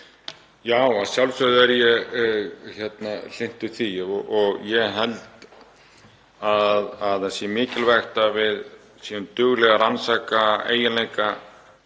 Já, að sjálfsögðu er ég hlynntur því og ég held að það sé mikilvægt að við séum dugleg að rannsaka eiginleika